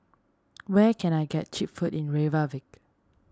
where can I get Cheap Food in Reykjavik